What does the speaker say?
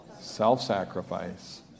Self-sacrifice